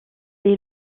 est